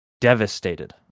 devastated